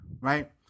Right